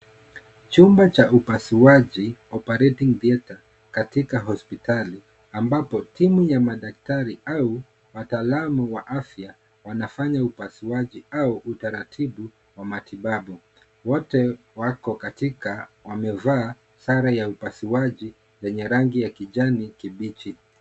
Chumba cha upasuaji, Operating theatre katika hospitali ambapo timu ya madaktari au wataalamu wa afya wanafanya upasuaji au utaratibu wa matibabu. Wote wako katika wamevaa sare ya upasuaji yenye rangi ya kijani kibichi.